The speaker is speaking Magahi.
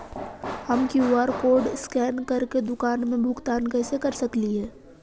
हम कियु.आर कोड स्कैन करके दुकान में भुगतान कैसे कर सकली हे?